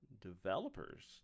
developers